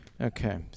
Okay